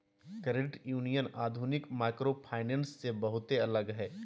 credit union आधुनिक microfinance से बहुते अलग हय